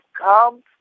come